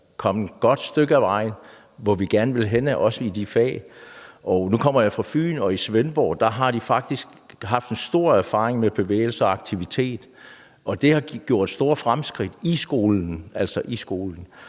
kommet et godt stykke ad vejen i den retning, hvor vi gerne vil hen. Nu kommer jeg fra Fyn, og i Svendborg har de faktisk stor erfaring med bevægelse og aktivitet. Det har givet store fremskridt i skolen.